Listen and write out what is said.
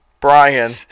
Brian